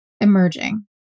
emerging